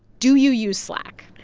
do you use slack?